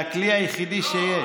זה הכלי היחידי שיש.